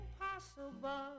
impossible